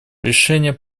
решение